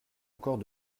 encore